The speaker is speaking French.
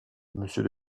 monsieur